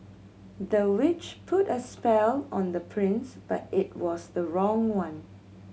the witch put a spell on the prince but it was the wrong one